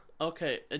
okay